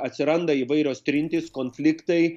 atsiranda įvairios trintys konfliktai